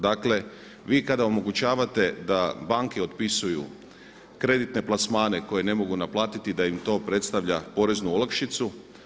Dakle, vi kada omogućavate da banke otpisuju kreditne plasmane koje ne mogu naplatiti da im to predstavlja poreznu olakšicu.